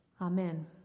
Amen